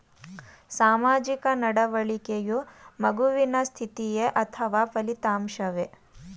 ಸಾಮಾಜಿಕ ನಡವಳಿಕೆಯು ಮಗುವಿನ ಸ್ಥಿತಿಯೇ ಅಥವಾ ಫಲಿತಾಂಶವೇ?